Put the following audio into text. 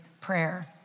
prayer